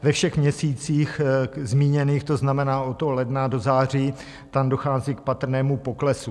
Ve všech měsících zmíněných, to znamená od ledna do září, tam dochází k patrnému poklesu.